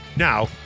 Now